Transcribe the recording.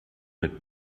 mit